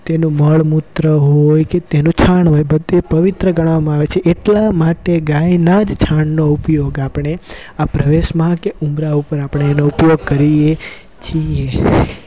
તેનું મળ મૂત્ર હોય કે તેનું છાણ હોય બધું પવિત્ર ગણવામાં આવે છે એટલા માટે ગાયના જ છાણનો ઉપયોગ આપણે આ પ્રવેશમાં કે ઉંબરા ઉપર આપણે એનો ઉપયોગ કરીએ છીએ